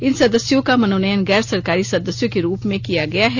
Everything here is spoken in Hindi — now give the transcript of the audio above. इन सदस्यों का मनोनयन गैर सरकारी सदस्यों के रूप में किया गया है